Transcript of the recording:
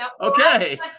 okay